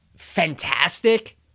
fantastic